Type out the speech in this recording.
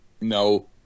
no